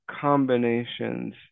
combinations